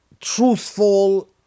truthful